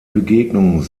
begegnung